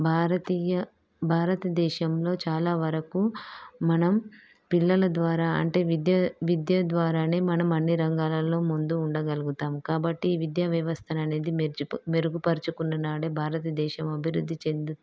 భారతీయ భారతదేశంలో చాలా వరకు మనం పిల్లల ద్వారా అంటే విద్య విద్య ద్వారానే మనం అన్ని రంగాలలో ముందు ఉండగలుగుతాము కాబట్టి విద్యావ్యవస్థననేది మెర్జి మెరుగుపరుచుకున్ననాడే భారతదేశం అభివృద్ధి చెందు